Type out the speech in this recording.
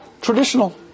Traditional